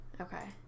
Okay